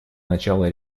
начало